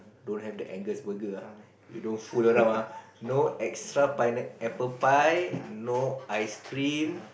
don't have the angus burger ah don't fool around ah no extra pine apple pie no ice cream